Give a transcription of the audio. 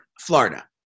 Florida